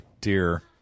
dear